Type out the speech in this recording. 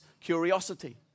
curiosity